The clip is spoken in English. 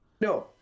No